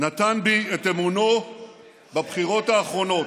נתן בי את אמונו בבחירות האחרונות.